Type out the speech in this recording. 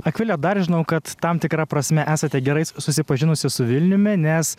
akvilė dar žinau kad tam tikra prasme esate gerai susipažinusi su vilniumi nes